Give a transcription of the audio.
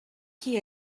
qui